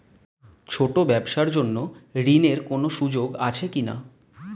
ছোট ব্যবসার জন্য ঋণ এর কোন সুযোগ আছে কি না?